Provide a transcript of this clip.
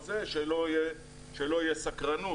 שלא תהיה סקרנות,